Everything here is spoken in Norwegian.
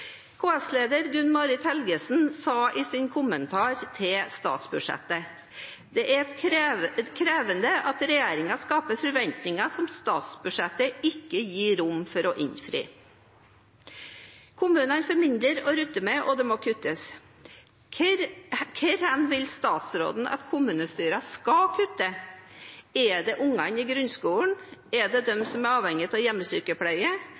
Gunn Marit Helgesen sa i sin kommentar til statsbudsjettet: Det er krevende at regjeringen skaper forventinger som statsbudsjettet ikke gir rom for å innfri. Kommunene får mindre å rutte med, og det må kuttes. Hvor vil statsråden at kommunestyrene skal kutte? Er det for ungene i grunnskolen? Er det for dem som er avhengig av hjemmesykepleie?